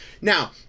Now